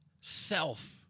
self